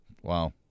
Wow